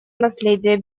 наследия